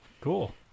cool